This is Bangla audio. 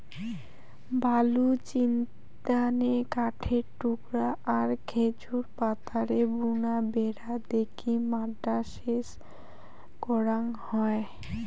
বালুচিস্তানে কাঠের টুকরা আর খেজুর পাতারে বুনা বেড়া দিকি মাড্ডা সেচ করাং হই